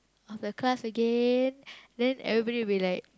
of the class again then everybody will be like